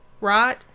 right